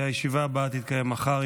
הישיבה הבאה תתקיים מחר,